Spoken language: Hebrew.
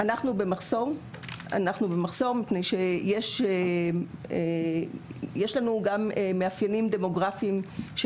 אנחנו במחסור מפני שיש לנו גם מאפיינים דמוגרפיים של